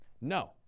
No